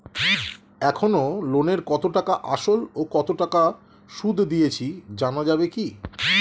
এখনো লোনের কত টাকা আসল ও কত টাকা সুদ দিয়েছি জানা যাবে কি?